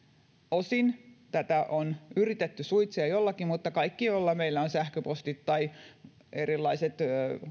osin tätä on yritetty suitsia jollakin mutta kaikki me joilla on sähköpostit tai erilaiset